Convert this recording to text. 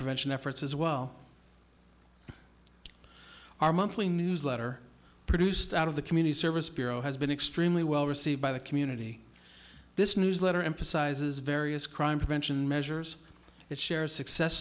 prevention efforts as well our monthly newsletter produced out of the community service bureau has been extremely well received by the community this newsletter emphasizes various crime prevention measures that share success